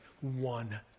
one